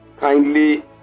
kindly